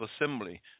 assembly